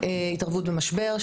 התערבות במשבר,